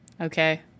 okay